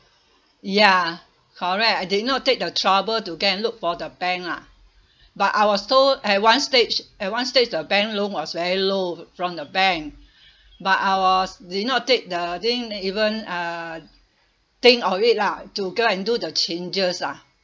ya correct I did not take the trouble to get a look for the bank lah but I was told at one stage at one stage the bank loan was very low from the bank but I was did not take the didn't even uh think of it lah to go and do the changes lah